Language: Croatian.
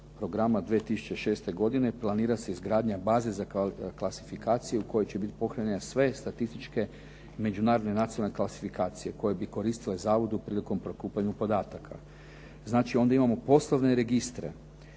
programa 2006. godine, planira se izgradnja baze za klasifikaciju u kojoj će biti pohranjene sve statističke međunarodne nacionalne klasifikacije koje bi koristile zavodu prilikom prikupljanja podataka. Znači onda imamo poslovne registre.